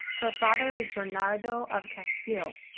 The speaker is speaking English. her father is bernardo of castile.